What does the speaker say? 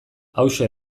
hauxe